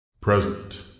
Present